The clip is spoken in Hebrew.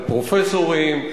על פרופסורים,